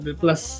plus